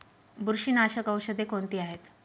बुरशीनाशक औषधे कोणती आहेत?